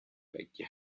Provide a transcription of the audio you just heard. vecchie